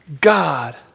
God